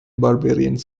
barbarians